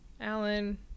alan